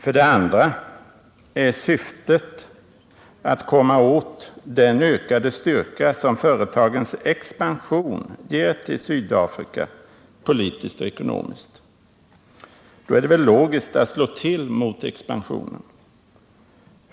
För det andra är syftet att komma åt den ökade styrka som företagens expansion ger till Sydafrika — politiskt och ekonomiskt. Då är det logiskt att slå till mot expansionen.